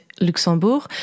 Luxembourg